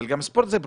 אבל ספורט זה גם